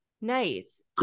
Nice